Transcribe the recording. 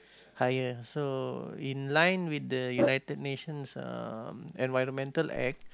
higher so in line with the United Nations environmental act